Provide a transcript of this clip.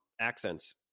Accents